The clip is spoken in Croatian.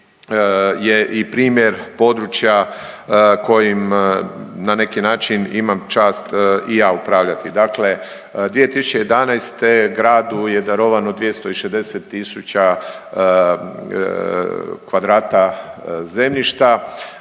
je i primjer područja kojim na neki način imam čast i ja upravljati. Dakle 2011. gradu je darovano 260 tisuća kvadrata zemljišta.